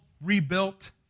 rebuilt